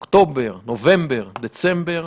אוקטובר, נובמבר, דצמבר.